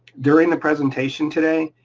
during the presentation today,